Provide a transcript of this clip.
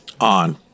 on